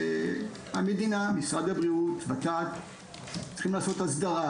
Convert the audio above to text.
והמדינה משרד הבריאות וות"ת צריכם לעשות הסדרה